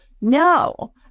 No